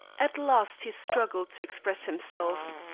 at last he struggled to express himself.